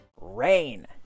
Rain